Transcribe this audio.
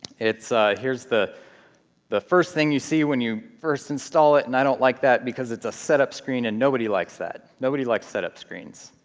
here's the the first thing you see when you first install it, and i don't like that, because it is a setup screen, and nobody likes that. nobody likes setup screens.